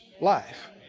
life